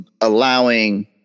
allowing